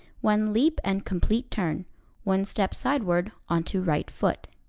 one leap and complete turn one step sideward onto right foot.